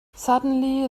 suddenly